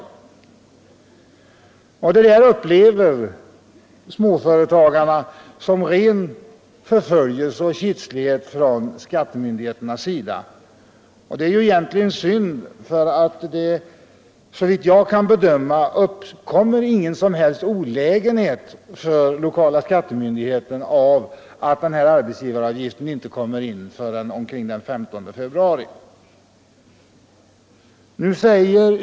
Det där upplever småföretagarna som ren förföljelse och kitslighet från skattemyndigheternas sida. Och det är ju egentligen synd, för såvitt jag kan bedöma uppkommer ingen som helst olägenhet för lokala skattemyndigheten genom att den här arbetsgivaruppgiften inte kommer in förrän omkring den 15 februari.